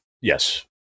Yes